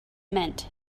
meant